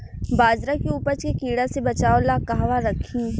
बाजरा के उपज के कीड़ा से बचाव ला कहवा रखीं?